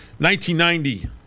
1990